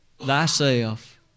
thyself